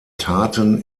taten